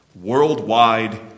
Worldwide